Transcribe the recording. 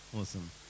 Awesome